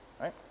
Right